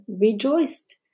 rejoiced